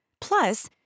Plus